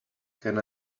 can